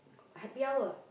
happy hour